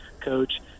coach